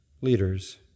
leaders